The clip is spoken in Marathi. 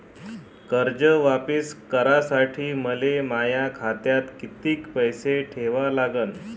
कर्ज वापिस करासाठी मले माया खात्यात कितीक पैसे ठेवा लागन?